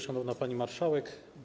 Szanowna Pani Marszałek!